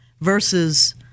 versus